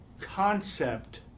concept